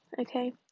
okay